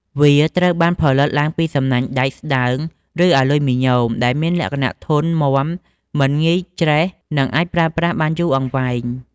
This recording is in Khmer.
វាត្រូវបានផលិតឡើងពីសំណាញ់ដែកស្ដើង ឬអាលុយមីញ៉ូមដែលមានលក្ខណៈធន់មាំ មិនងាយច្រេះ និងអាចប្រើប្រាស់បានយូរអង្វែង។